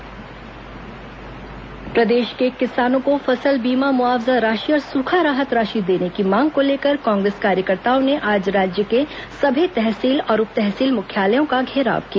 कांग्रेस मुआवजा मांग प्रदेश के किसानों को फसल बीमा मुआवजा राशि और सुखा राहत राशि देने की मांग को लेकर कांग्रेस कार्यकर्ताओं ने आज राज्य के सभी तहसील और उप तहसील मुख्यालयों में प्रदर्शन किया